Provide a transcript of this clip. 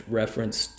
reference